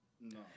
No